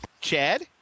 Chad